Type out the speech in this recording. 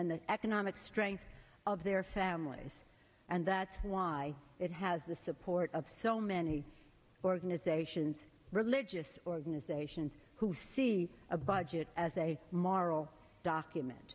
and the economic strength of their families and that's why it has the support of so many organizations religious organizations who see a budget as a moral document